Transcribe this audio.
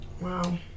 Wow